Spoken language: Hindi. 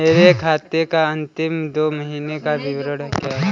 मेरे खाते का अंतिम दो महीने का विवरण क्या है?